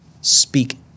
speak